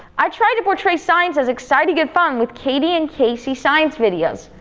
i try to portray science as exciting and fun with katie and caysie science videos.